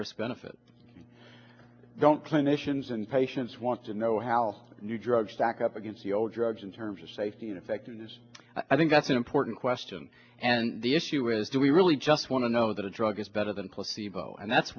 risk benefit don't clinicians and patients want to know how new drugs stack up against the old drugs in terms of safety and effectiveness i think that's an important question and the issue is do we really just want to know that a drug is better than placebo and that's